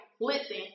Listen